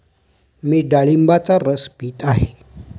मी डाळिंबाचा रस पीत आहे